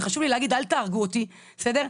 וחשוב לי להגיד, אל תהרגו אותי, בסדר?